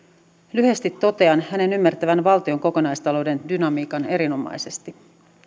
lyhyesti totean hänen ymmärtävän valtion kokonaistalouden dynamiikan erinomaisesti